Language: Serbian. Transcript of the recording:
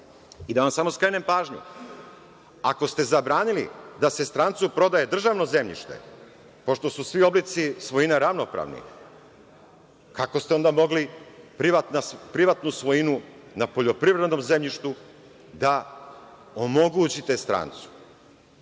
vam samo skrenem pažnju, ako ste zabranili da se strancu prodaje državno zemljište, pošto su svi oblici svojine ravnopravni, kako ste onda mogli privatnu svojinu na poljoprivrednom zemljištu da omogućite strancu? Vi